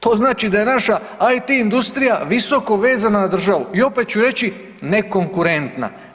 To znači da je naša IT industrija visoko vezana na državu i opet ću reći, nekonkurentna.